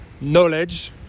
knowledge